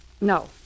No